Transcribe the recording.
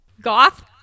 Goth